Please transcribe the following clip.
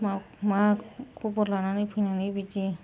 मा खबर लाननो फैनानै बिदि